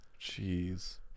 Jeez